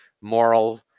moral